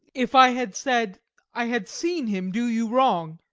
if i had said i had seen him do you wrong?